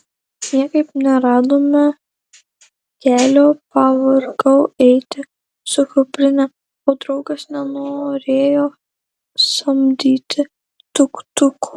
niekaip neradome kelio pavargau eiti su kuprine o draugas nenorėjo samdyti tuk tuko